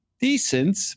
decent